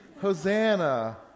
Hosanna